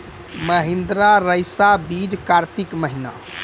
महिंद्रा रईसा बीज कार्तिक महीना?